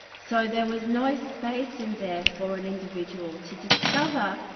so there was no space in there for an individual to discover,